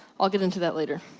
i'll get into that later.